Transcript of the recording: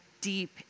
deep